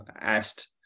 asked